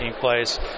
place